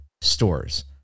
stores